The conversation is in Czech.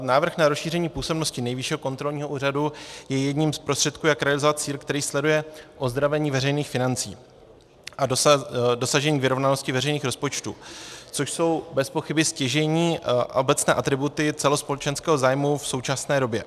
Návrh na rozšíření působnosti Nejvyššího kontrolního úřadu je jedním z prostředků, jak realizovat cíl, který sleduje ozdravení veřejných financí a dosažení vyrovnanosti veřejných rozpočtů, což jsou bezpochyby stěžejní a obecné atributy celospolečenského zájmu v současné době.